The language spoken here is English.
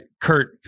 Kurt